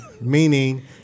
meaning